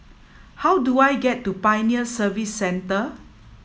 how do I get to Pioneer Service Centre